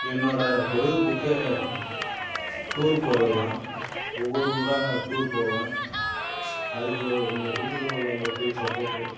என்னோடய பொழுதுபோக்கு டூர் போகிறதுதான் ஒவ்வொரு ஊராக டூர் போவேன் அதுக்கு எங்கள் குடும்பத்தில் உள்ளவங்க ஃபுல் சப்போட்